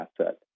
asset